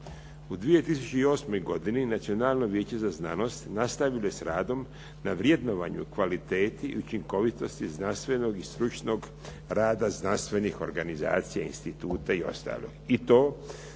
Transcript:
U 2008. godini Nacionalno vijeće za znanost nastavilo je sa radom na vrednovanju, kvaliteti i učinkovitosti znanstvenog i stručnog rada znanstvenih organizacija instituta i ostalog.